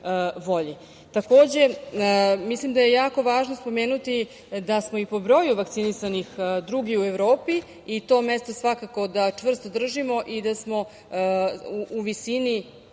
volji. Takođe mislim da je jako važno spomenuti da smo i po broj vakcinisanih drugi u Evropi i to mesto svakako da čvrsto držimo i da smo u visini